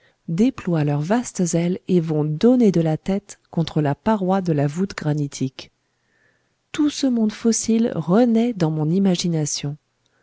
déploient leurs vastes ailes et vont donner de la tête contre la paroi de la voûte granitique tout ce monde fossile renaît dans mon imagination